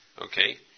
Okay